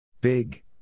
Big